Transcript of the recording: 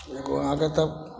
एगो अहाँके तऽ